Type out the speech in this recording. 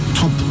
top